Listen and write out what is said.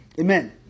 amen